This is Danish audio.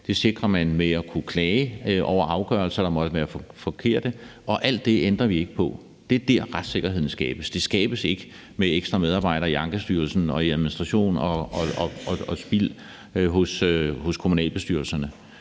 Man sikrer det, ved at borgere kan klage over afgørelser, der måtte være forkerte. Alt det ændrer vi ikke på. Det er dér, retssikkerheden skabes. Den skabes ikke med ekstra medarbejdere i Ankestyrelsen og i administration og spild hos kommunalbestyrelserne